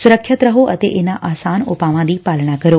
ਸੁਰੱਖਿਅਤ ਰਹੋ ਅਤੇ ਇਨ੍ਹਾਂ ਆਸਾਨ ਉਪਾਵਾਂ ਦੀ ਪਾਲਣਾ ਕਰੋ